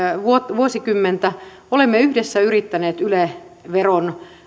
vuosikymmentä olemme yhdessä yrittäneet yle veron